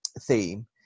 theme